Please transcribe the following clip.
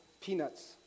Peanuts